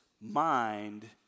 mind